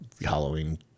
Halloween